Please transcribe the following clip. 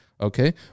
Okay